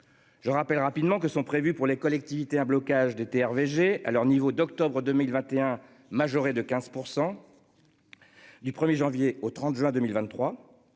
Je rappelle rapidement que sont prévues pour les collectivités à blocage des TRV G à leur niveau d'octobre 2021, majoré de 15%. Du 1er janvier au 30 juin 2023.